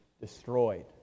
destroyed